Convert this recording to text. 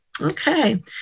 Okay